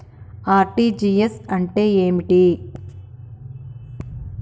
RTGS అంటే ఏమిటి?